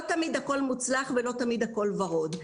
לא תמיד הכול מוצלח ולא תמיד הכול ורוד.